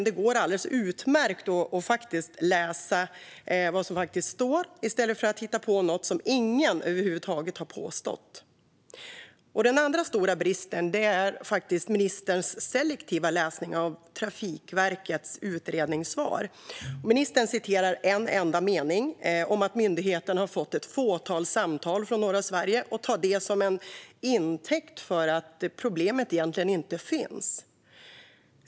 Det går alldeles utmärkt att läsa vad som faktiskt står i stället för att hitta på något som ingen över huvud taget har påstått. Den andra stora bristen är ministerns selektiva läsning av Trafikverkets utredningssvar. Ministern citerar en enda mening om att myndigheten har fått ett fåtal samtal från norra Sverige och tar det till intäkt för att problemet egentligen inte finns.